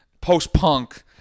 post-punk